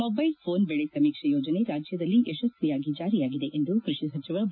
mobile phone ಬೆಳೆ ಸಮೀಕ್ಷೆ ಯೋಜನೆ ರಾಜ್ಯದಲ್ಲಿ ಯಶಸ್ವಿಯಾಗಿ ಜಾರಿಯಾಗಿದೆ ಎಂದು ಕೃಷಿ ಸಚಿವ ಬಿ